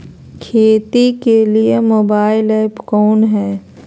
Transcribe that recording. खेती के लिए मोबाइल ऐप कौन है?